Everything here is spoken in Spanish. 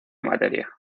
materia